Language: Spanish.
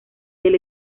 del